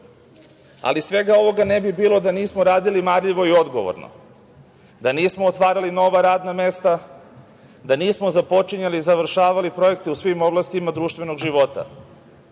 ovoga ne bi bilo da nismo radili marljivo i odgovorno, da nismo otvarali nova radna mesta, da nismo započinjali, završavali projekte u svim oblastima društvenog života,